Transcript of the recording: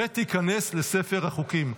ותיכנס לספר החוקים.